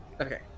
okay